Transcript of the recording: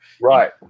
Right